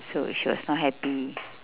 so she was not happy